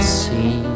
see